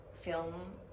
film